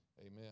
Amen